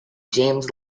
james